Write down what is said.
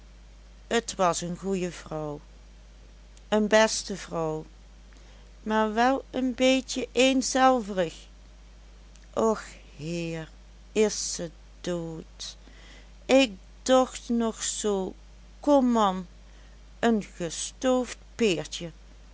t was een goeie vrouw een beste vrouw maar wel een beetje eenzelverig och heer is ze dood ik docht nog zoo kom an een gestoofd peertje